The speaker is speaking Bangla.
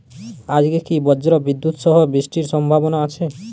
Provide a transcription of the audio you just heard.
আজকে কি ব্রর্জবিদুৎ সহ বৃষ্টির সম্ভাবনা আছে?